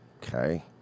Okay